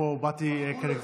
שפה באתי כנגדך.